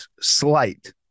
slight